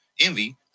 Envy